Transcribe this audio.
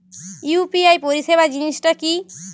UPI পরিসেবা জিনিসটা কি?